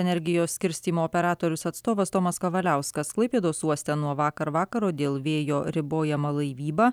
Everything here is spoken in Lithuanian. energijos skirstymo operatorius atstovas tomas kavaliauskas klaipėdos uoste nuo vakar vakaro dėl vėjo ribojama laivyba